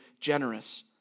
generous